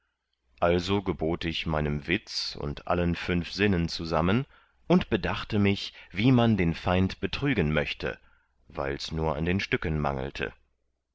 also gebot ich meinem witz und allen fünf sinnen zusammen und bedachte mich wie man den feind betrügen möchte weils nur an den stücken mangelte